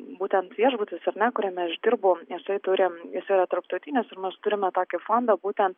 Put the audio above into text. būtent viešbutis ar ne kuriame aš dirbu jisai turi jis yra tarptautinis ir mes turime tokį fondą būtent